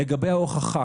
לגבי ההוכחה,